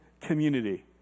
community